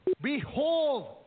behold